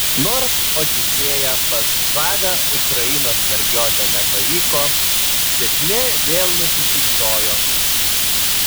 nors odisėja pas žavią ukrainos mergiotę nepavyko sėkmė vėl nusišypsojo